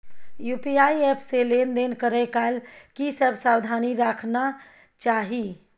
UPI app से लेन देन करै काल की सब सावधानी राखना चाही?